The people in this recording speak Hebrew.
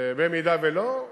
ואם לא,